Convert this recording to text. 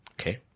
Okay